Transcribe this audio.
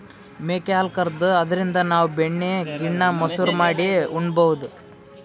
ಮೇಕೆ ಹಾಲ್ ಕರ್ದು ಅದ್ರಿನ್ದ್ ನಾವ್ ಬೆಣ್ಣಿ ಗಿಣ್ಣಾ, ಮಸರು ಮಾಡಿ ಉಣಬಹುದ್